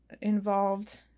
involved